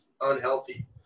unhealthy